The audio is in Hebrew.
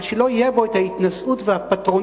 אבל שלא יהיו בו ההתנשאות והפטרונות,